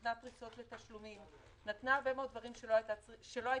נבחן את האפשרות של 1.3. בסדר.